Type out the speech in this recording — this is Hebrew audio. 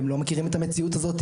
והם לא מכירים את המציאות הזאת,